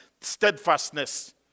steadfastness